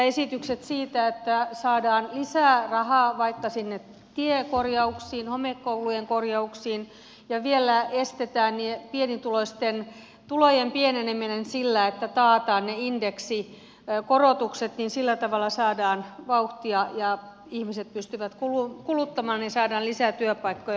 esitykset siitä että saadaan lisää rahaa vaikka sinne tiekorjauksiin homekoulujen korjauksiin ja vielä estetään pienituloisten tulojen pieneneminen sillä että taataan ne indeksikorotukset ja sillä tavalla saadaan vauhtia ja ihmiset pystyvät kuluttamaan ja saadaan lisää työpaikkoja